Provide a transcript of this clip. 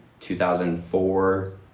2004